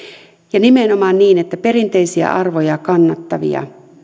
ja nimenomaan niin että perinteisiä arvoja kannattavia